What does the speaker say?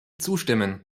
zustimmen